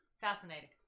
Fascinating